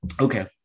Okay